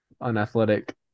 unathletic